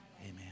Amen